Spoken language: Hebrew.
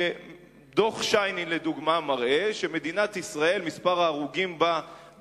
דוח-שיינין לדוגמה מראה שמספר ההרוגים במדינת ישראל